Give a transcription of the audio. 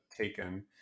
taken